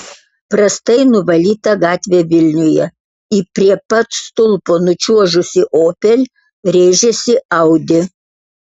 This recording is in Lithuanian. prastai nuvalyta gatvė vilniuje į prie pat stulpo nučiuožusį opel rėžėsi audi